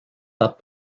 that